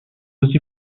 aussi